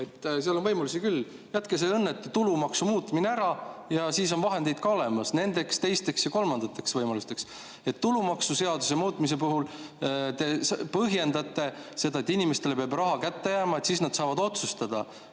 Seal on võimalusi küll: jätke see õnnetu tulumaksu muutmine ära ja siis on vahendid olemas üheks, teiseks ja kolmandaks võimaluseks. Tulumaksuseaduse muutmise puhul te põhjendate seda nii, et inimestele peab raha kätte jääma, siis nad saavad otsustada,